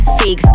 six